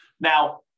Now